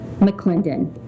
McClendon